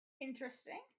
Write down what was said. Interesting